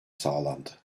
sağlandı